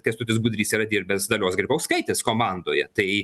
kęstutis budrys yra dirbęs dalios grybauskaitės komandoje tai